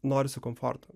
norisi komforto